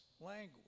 language